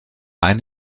ein